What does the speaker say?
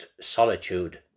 Solitude